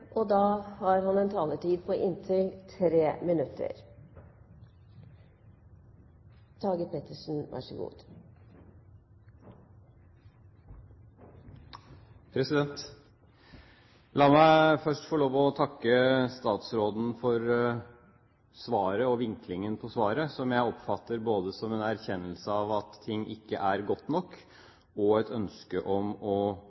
og menn samt videreutvikler ordningen med studiepoeng. La meg først få lov til å takke statsråden for svaret og vinklingen på svaret, som jeg oppfatter både som en erkjennelse av at ting ikke er gode nok, og et ønske om å